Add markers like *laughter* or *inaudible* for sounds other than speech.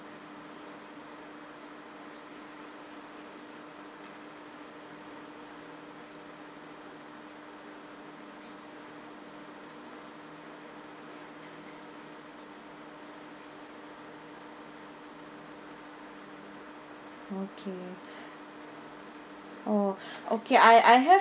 okay *breath* oh okay I I have